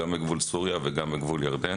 בגבול סוריה וגם בגבול ירדן.